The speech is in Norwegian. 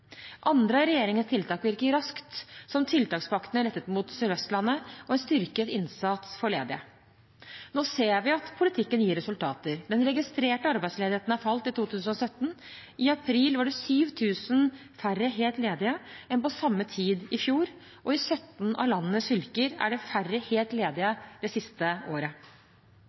Andre av regjeringens tiltak virker raskt, som tiltakspakkene rettet mot Sør- og Vestlandet og en styrket innsats for ledige. Nå ser vi at politikken gir resultater. Den registrerte arbeidsledigheten har falt i 2017. I april var det 7 000 færre helt ledige enn på samme tid i fjor, og i 17 av landets fylker er det færre helt ledige det siste året.